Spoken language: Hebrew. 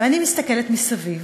אני מסתכלת מסביב,